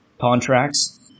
contracts